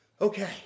Okay